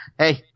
Hey